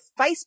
Facebook